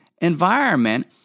environment